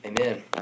Amen